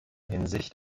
hinsicht